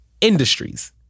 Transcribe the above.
industries